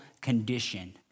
condition